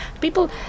People